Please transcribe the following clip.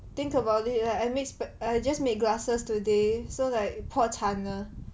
think about it right I just made glasses today so like 破产了